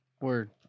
Word